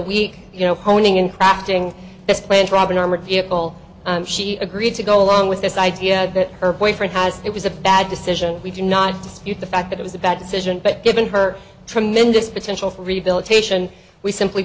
week you know honing in crafting this plan to rob an armored vehicle she agreed to go along with this idea that her boyfriend has it was a bad decision we do not dispute the fact that it was a bad decision but given her tremendous potential for rehabilitation we simply